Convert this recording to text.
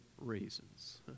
reasons